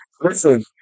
listen